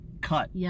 Cut